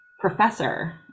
professor